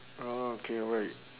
okay right